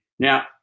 Now